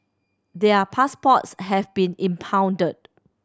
their passports have been impounded